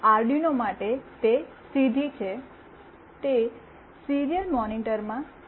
Arduino માટે તે સીધી છે તે સીરીયલ મોનિટરમાં પ્રિન્ટ કરી શકાય છે